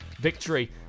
victory